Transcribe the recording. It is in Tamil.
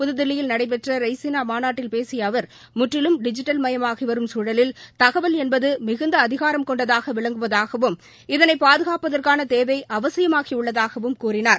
புதுதில்லியில் நடைபெற்றரெய்சினாமாநாட்டில் பேசியஅவர் முற்றிலும் டிஜிட்டல் மயமாகிவரும் தகவல் என்பதுமிகுந்தஅதிகாரம் கொண்டதாகவிளங்குவதாகவும் இதனைப் சூழலில் பாதுகாப்பதற்கானதேவைஅவசியமாகியுள்ளதாகவும் கூறினார்